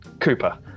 Cooper